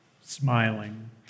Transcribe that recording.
smiling